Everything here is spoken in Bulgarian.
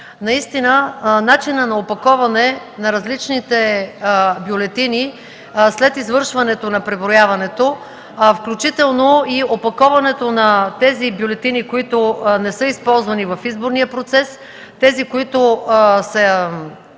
Наистина начинът на опаковане на различните бюлетини след извършването на преброяването, включително и опаковането на тези бюлетини, които не са използвани в изборния процес, тези, които са действителни,